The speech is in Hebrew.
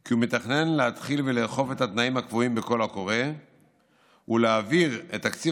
כי הוא מתכנן להתחיל לאכוף את התנאים הקבועים בקול הקורא ולהעביר את תקציב